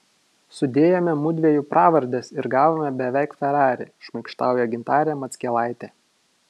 sudėjome mudviejų pravardes ir gavome beveik ferrari šmaikštauja gintarė mackelaitė